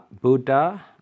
Buddha